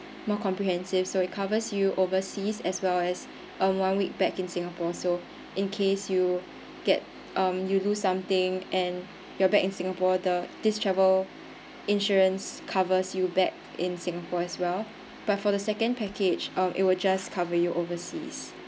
more comprehensive so it covers you overseas as well as a one week back in singapore so in case you get um you lose something and you are back in singapore the this travel insurance covers you back in singapore as well but for the second package uh it will just cover you overseas